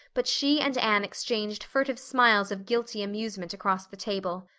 but she and anne exchanged furtive smiles of guilty amusement across the table.